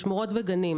בשמורות וגנים.